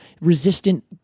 resistant